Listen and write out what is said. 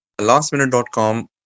Lastminute.com